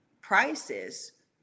prices